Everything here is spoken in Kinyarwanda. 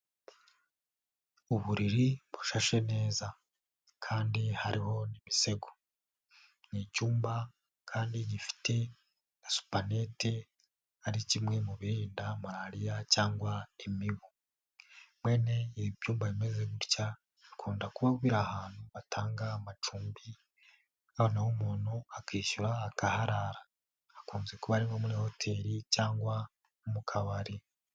Uburiri bushashe neza kandi hariho imisego, ni icyumba kandi gifite na supanete ari kimwe mu birinda Malariya cyangwa imibu, bene ibi byumba bimeze gutya bikunda kuba biri ahantu batanga amacumbi noneho umuntu akishyura akaharara, hakunze kuba ari nko muri hoteli cyangwa mu kabari.